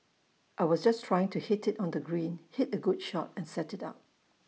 I was just trying to hit IT on the green hit A good shot and set IT up